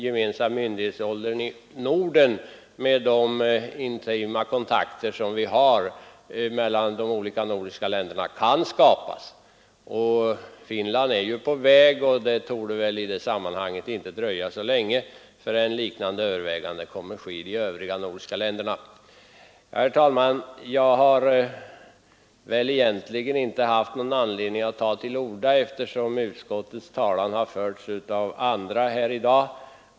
Jag anser emellertid fortfarande med de intima kontakter vi har mellan de nordiska länderna att det är angeläget att en gemensam myndighetsålder kan skapas. Finland är på väg, och det torde inte dröja så länge förrän liknande överväganden kommer att ske i de övriga nordiska länderna. Herr talman! Jag hade egentligen inte någon anledning att ta till orda, eftersom utskottets talan har förts av andra här i dag.